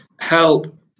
help